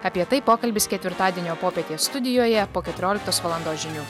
apie tai pokalbis ketvirtadienio popietės studijoje po keturioliktos valandos žinių